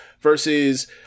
versus